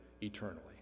eternally